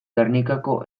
gernikako